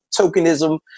tokenism